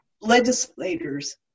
legislators